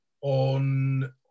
On